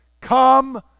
come